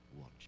watch